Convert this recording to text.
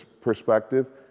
perspective